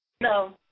No